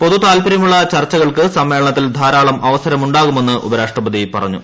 പൊതുതാൽപ്പര്യമുള്ള ചർച്ചകൾക്ക് സമ്മേളനത്തിൽ ധാരാളം അവസരമുണ്ടാകുമെന്ന് ഉപരാഷ്ട്രപതി പറഞ്ഞു